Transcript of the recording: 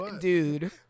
dude